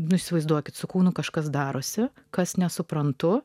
nu įsivaizduokit su kūnu kažkas darosi kas nesuprantu